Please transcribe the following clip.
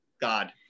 God